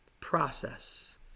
process